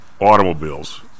automobiles